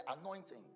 anointing